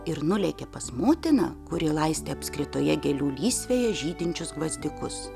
ir nulėkė pas motiną kuri laistė apskritoje gėlių lysvėje žydinčius gvazdikus